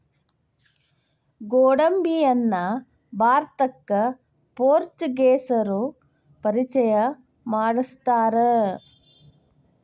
ಗೋಡಂಬಿಯನ್ನಾ ಭಾರತಕ್ಕ ಪೋರ್ಚುಗೇಸರು ಪರಿಚಯ ಮಾಡ್ಸತಾರ